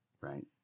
Right